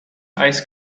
ice